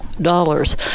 dollars